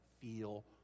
feel